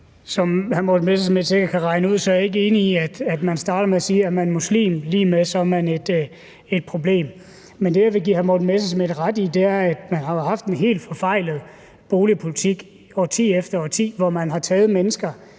sikkert kan regne ud, er jeg ikke enig i det, han startede med at sige, om, at hvis man er muslim, er det lig med, at man er et problem. Men det, jeg vil give hr. Morten Messerschmidt ret i, er, at man jo har ført en helt forfejlet boligpolitik årti efter årti, hvor man har taget mennesker